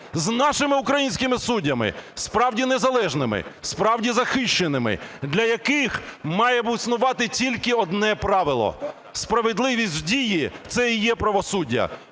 з нашими українськими суддями, справді незалежними, справді захищеними, для яких має існувати тільки одне правило: справедливість в дії – це і є правосуддя.